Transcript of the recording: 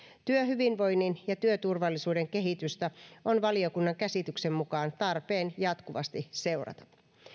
työhyvinvoinnin ja työturvallisuuden kehitystä on valiokunnan käsityksen mukaan tarpeen jatkuvasti seurata